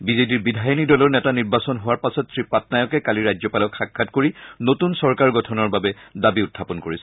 বিজেডিৰ বিধায়িনী দলৰ নেতা নিৰ্বাচন হোৱাৰ পাছত শ্ৰীপাটনায়কে কালি ৰাজ্যপালক সাক্ষাৎ কৰি নতুন চৰকাৰ গঠনৰ দাবী উখাপন কৰিছিল